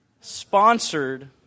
sponsored